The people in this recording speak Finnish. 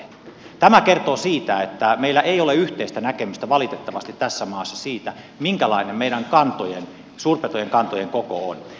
tämä kertoo siitä että meillä ei ole yhteistä näkemystä valitettavasti tässä maassa siitä minkälainen meidän suurpetojen kantojen koko on